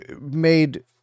made